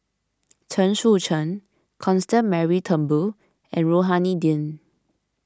Chen Sucheng Constance Mary Turnbull and Rohani Din